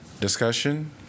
Discussion